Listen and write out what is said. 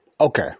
Okay